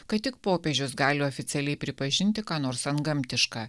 kad tik popiežius gali oficialiai pripažinti ką nors antgamtiška